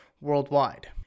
worldwide